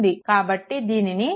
కాబట్టి దీనిని యం